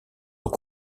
aux